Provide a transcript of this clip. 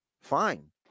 fine